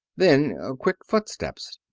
then quick footsteps.